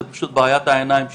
זה פשוט בעיית העיניים שלי.